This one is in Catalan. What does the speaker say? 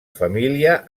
família